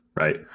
Right